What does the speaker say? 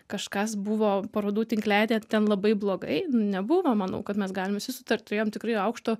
kažkas buvo parodų tinklelyje ten labai blogai nebuvo manau kad mes galim susitarti turėjom tikrai aukšto